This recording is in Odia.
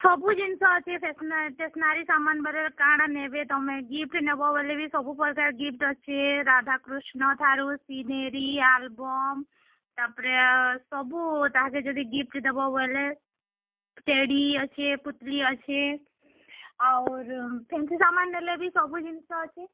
ସବୁ ଜିନିଷ ଅଛି ଷ୍ଟେସନାରୀ ଷ୍ଟେସନାରୀ ସାମାନ ହେରିକା କାଣା ନେବେ ତୁମେ ଗିଫ୍ଟ ନବ ବୋଲେ ସବୁ ପ୍ରକାର ଗିପ୍ଟ ଅଛି ରାଧାକୃଷ୍ଣ ଠାରୁ ସିନେରୀ ଆଲବମ୍ ତା'ପରେ ସବୁ ତା ଦେହ ଯଦି ଗିଫ୍ଟ ଦେବ ବୋଲେ ଟେଡ୍ଡି ଅଛି ପୁତଳି ଅଛି ଆଉ ଫ୍ୟାନ୍ସୀ ସାମାନ ନେଲେ ସବୁ ଜିନିଷ ଅଛି